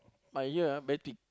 my ear ah very thick